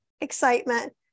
excitement